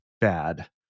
bad